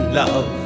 love